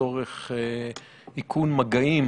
לצורך איכון מגעים